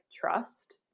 trust